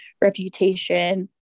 reputation